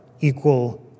equal